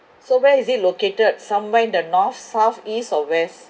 so where is it located somewhere in the north south east or west